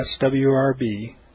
swrb